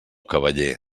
cavaller